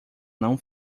não